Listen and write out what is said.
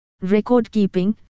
Record-keeping